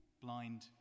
blind